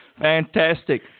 Fantastic